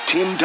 Tim